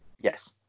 yes